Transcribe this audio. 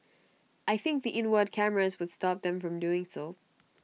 I think the inward cameras would stop them from doing so